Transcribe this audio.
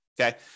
Okay